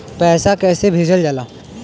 पैसा कैसे भेजल जाला?